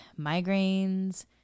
migraines